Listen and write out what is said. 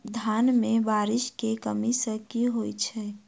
धान मे बारिश केँ कमी सँ की होइ छै?